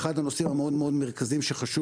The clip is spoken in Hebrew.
אחד הנושאים המאוד מאוד מרכזיים שחשוב